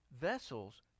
vessels